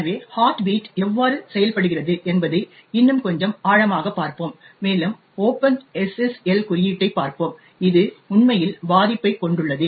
எனவே heart beat எவ்வாறு செயல்படுகிறது என்பதை இன்னும் கொஞ்சம் ஆழமாக பார்ப்போம் மேலும் Open SSL குறியீட்டைப் பார்ப்போம் இது உண்மையில் பாதிப்பைக் கொண்டுள்ளது